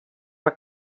were